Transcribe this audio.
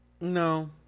No